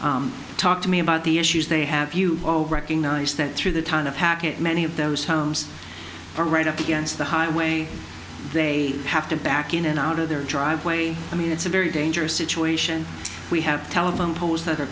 s talk to me about the issues they have you recognize that through the town of hackett many of those homes are right up against the highway they have to back in and out of their driveway i mean it's a very dangerous situation we have telephone poles that are